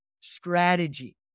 strategy